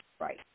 Right